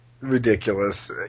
ridiculous